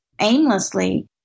aimlessly